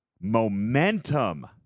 momentum